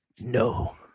no